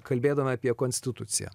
kalbėdama apie konstituciją